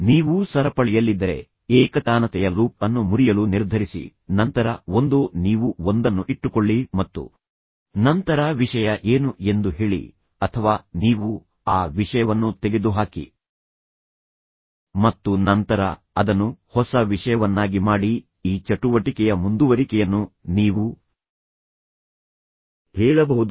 ನೀವು ಸರಪಳಿಯಲ್ಲಿದ್ದರೆ ಏಕತಾನತೆಯ ಲೂಪ್ ಅನ್ನು ಮುರಿಯಲು ನಿರ್ಧರಿಸಿ ನಂತರ ಒಂದೋ ನೀವು ಒಂದನ್ನು ಇಟ್ಟುಕೊಳ್ಳಿ ಮತ್ತು ನಂತರ ವಿಷಯ ಏನು ಎಂದು ಹೇಳಿ ಅಥವಾ ನೀವು ಆ ವಿಷಯವನ್ನು ತೆಗೆದುಹಾಕಿ ಮತ್ತು ನಂತರ ಅದನ್ನು ಹೊಸ ವಿಷಯವನ್ನಾಗಿ ಮಾಡಿ ಈ ಚಟುವಟಿಕೆಯ ಮುಂದುವರಿಕೆಯನ್ನು ನೀವು ಹೇಳಬಹುದು